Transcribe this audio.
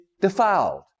defiled